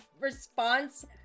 response